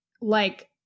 Like-